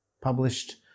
Published